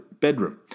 bedroom